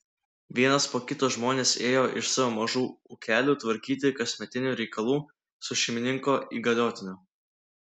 vienas po kito žmonės ėjo iš savo mažų ūkelių tvarkyti kasmetinių reikalų su šeimininko įgaliotiniu